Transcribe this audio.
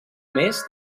més